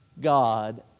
God